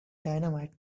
dynamite